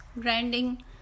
grinding